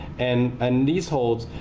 and and these holds,